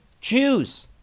Jews